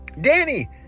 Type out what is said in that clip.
Danny